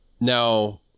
Now